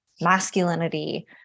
masculinity